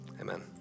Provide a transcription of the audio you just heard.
Amen